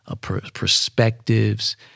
perspectives